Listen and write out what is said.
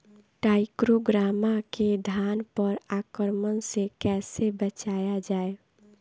टाइक्रोग्रामा के धान पर आक्रमण से कैसे बचाया जाए?